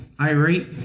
irate